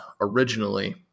originally